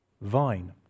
vine